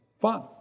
fun